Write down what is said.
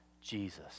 Jesus